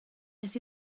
wnes